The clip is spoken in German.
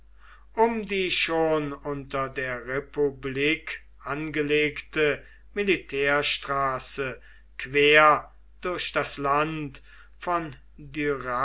um die schon unter der republik angelegte militärstraße quer durch das land von